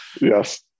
Yes